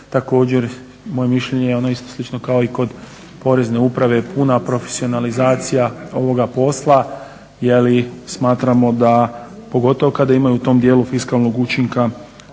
Također moje je mišljenje ono isto slično kao i kod porezne uprave puna profesionalizacija ovoga posla. Jer smatramo da, pogotovo kada ima u tom dijelu fiskalnog učinka